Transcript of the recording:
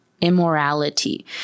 immorality